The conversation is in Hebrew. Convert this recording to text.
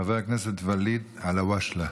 חבר הכנסת ואליד אלהואשלה,